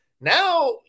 Now